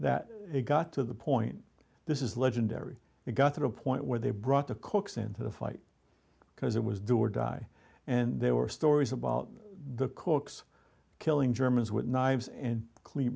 that it got to the point this is legendary it got to a point where they brought the cooks into the fight because it was do or die and there were stories about the cooks killing germans with knives and clean